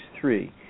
three